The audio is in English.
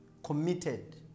committed